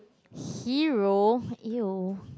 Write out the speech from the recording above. hero !eww!